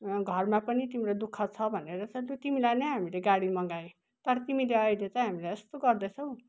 घरमा पनि तिम्रो दु ख छ भनेर त तिमीलाई नै हामीले गाडी मगाए तर तिमीले अहिले चाहिँ हामीलाई यस्तो गर्दैछौ